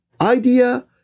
Idea